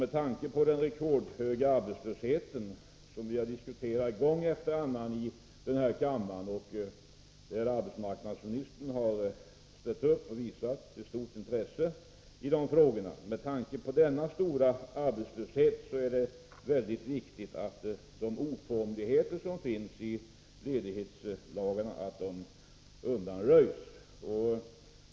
Med tanke på den rekordhöga arbetslösheten, som vi har diskuterat gång efter annan här i kammaren då arbetsmarknadsministern har ställt upp och visat stort intresse, är det av stor vikt att de oformligheter som finns i ledighetslagarna undanröjs.